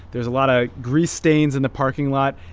there's a lot of grease stains in the parking lot.